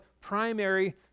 primary